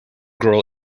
girl